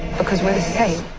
because we're the same